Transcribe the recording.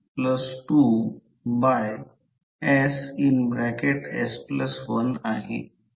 तर हे Fm1 आहे हे चिन्ह आहे हे मी सांगितले मी ग्राफ घेईन कंडक्टरला करंटच्या दिशेने पकडतो अंगठा फ्लक्सची दिशा असेल